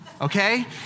Okay